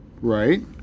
Right